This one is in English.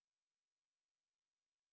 nevermind we finish all first then we